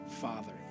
father